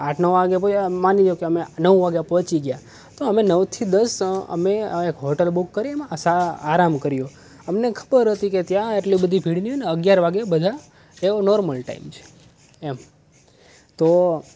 આઠ નવ વાગે પોહ કોઈ માની લેતું અમે નવ વાગે પહોંચી ગયા તો અમે નવથી દસ અમે એક હોટલ બૂક કરી અસાવા આરામ કર્યો અમને ખબર હતી કે ત્યાં એટલી બધી ભીડ નહીં અગિયાર વાગે બધા એવો નોર્મલ ટાઇમ છે એમ તો